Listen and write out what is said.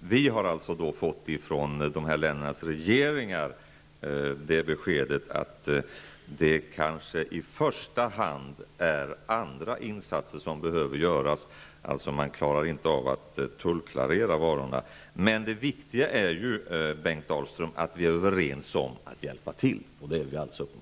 Vi har från de här ländernas regeringar fått beskedet att det i första hand kanske är andra insatser som behöver göras. Man klarar alltså inte av att tullklarera varor. Men det viktiga, Bengt Dalström är att vi är överens om att hjälpa till, och det är vi uppenbarligen.